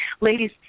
ladies